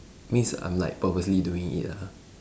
means I'm like purposely doing it ah